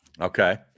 Okay